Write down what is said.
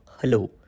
hello